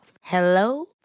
Hello